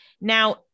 Now